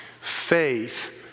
Faith